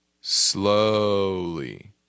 slowly